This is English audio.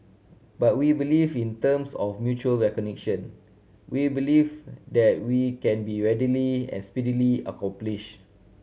but we believe in terms of mutual recognition we believe that we can be readily as speedily accomplished